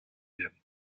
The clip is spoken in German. werden